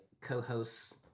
co-host's